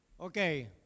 Okay